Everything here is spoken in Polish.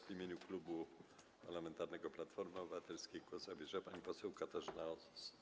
W imieniu Klubu Parlamentarnego Platforma Obywatelska głos zabierze pani poseł Katarzyna Osos.